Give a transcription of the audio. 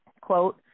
quote